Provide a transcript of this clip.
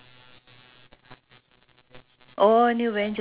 ah ya lah ya but there's no bus to go in there ah